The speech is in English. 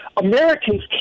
americans